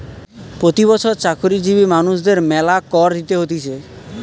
প্রতি বছর চাকরিজীবী মানুষদের মেলা কর দিতে হতিছে